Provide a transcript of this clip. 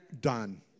done